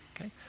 okay